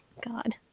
God